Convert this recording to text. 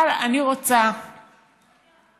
אבל אני רוצה שתתחייבו